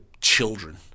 children